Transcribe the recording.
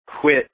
quit